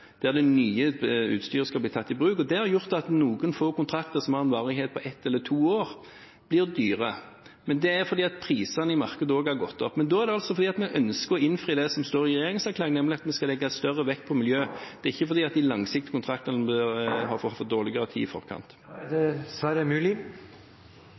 der det nye utstyret skal tas i bruk, og det har gjort at noen få kontrakter som har en varighet på ett eller to år, blir dyre. Det er også fordi prisene i markedet har gått opp. Men det er altså fordi en ønsker å innfri det som står i regjeringserklæringen, nemlig at vi skal legge større vekt på miljø. Det er ikke fordi de langsiktige kontraktene har fått dårligere tid i forkant. Vi skal fra det